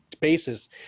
basis